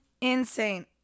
insane